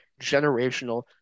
generational